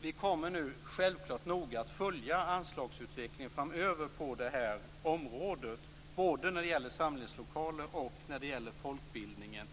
vi kommer nu självklart noga att följa anslagsutvecklingen framöver på det här området. Det gäller både samlingslokalerna och folkbildningen.